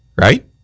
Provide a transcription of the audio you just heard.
Right